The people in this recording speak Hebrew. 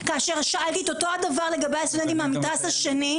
כאשר שאלתי את אותו הדבר לגבי הסטודנטים מהמתרס השני,